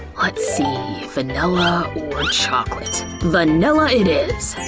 let's see, vanilla or chocolate, vanilla it is!